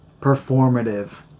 performative